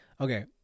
Okay